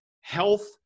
health